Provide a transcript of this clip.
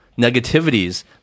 negativities